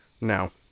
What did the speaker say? No